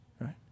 right